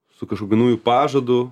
su kažkokiu nauju pažadu